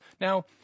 Now